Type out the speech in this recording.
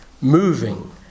moving